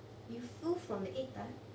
you full from the egg tart